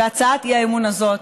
בהצעת האי-אמון הזאת,